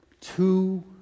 Two